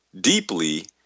deeply